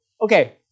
okay